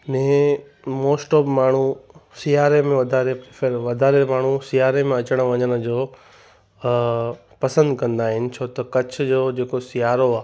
ने most of माण्हू सियारे में वधारे वधारे माण्हू सिआरे में अचण वञण जो पसंदि कंदा आहिनि छो त कच्छ जो जेको सियारो आहे